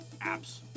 apps